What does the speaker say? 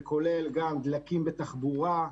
זה כולל גם דלקים בתחבורה,